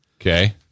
Okay